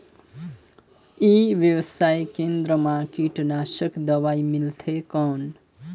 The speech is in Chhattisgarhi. ई व्यवसाय केंद्र मा कीटनाशक दवाई मिलथे कौन?